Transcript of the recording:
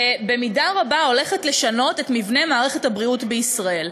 ובמידה רבה הולכת לשנות את מבנה מערכת הבריאות בישראל.